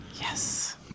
Yes